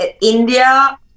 India